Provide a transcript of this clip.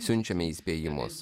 siunčiame įspėjimus